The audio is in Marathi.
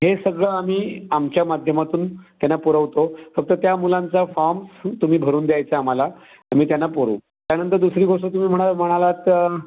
हे सगळं आम्ही आमच्या माध्यमातून त्यांना पुरवतो फक्त त्या मुलांचा फॉम तुम्ही भरून द्यायचा आम्हाला आम्ही त्यांना पुरवू त्यानंतर दुसरी गोष्ट तुम्ही म्हणाला म्हणालात